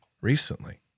recently